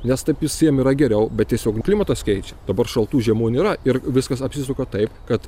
nes taip visiem yra geriau bet tiesiog klimatas keičia dabar šaltų žiemų nėra ir viskas apsisuka taip kad